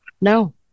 No